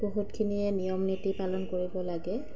বহুতখিনিয়ে নিয়ম নীতি পালন কৰিব লাগে